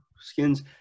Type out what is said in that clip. skins